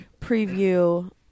preview